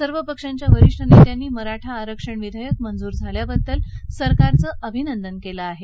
सर्व पक्षांच्या वरिष्ठ नेत्यांनी मराठा आरक्षण विधेयक मंजूर झाल्याबद्दल सरकारचं अभिनंदन केलं आहे